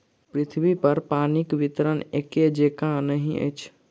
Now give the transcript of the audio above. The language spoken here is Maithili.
पृथ्वीपर पानिक वितरण एकै जेंका नहि अछि